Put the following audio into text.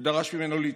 ודרש ממנו להתפטר.